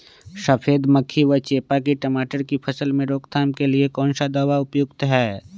सफेद मक्खी व चेपा की टमाटर की फसल में रोकथाम के लिए कौन सा दवा उपयुक्त है?